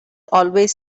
always